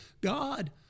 God